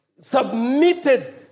submitted